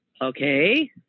Okay